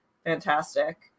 Fantastic